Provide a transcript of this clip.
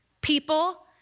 People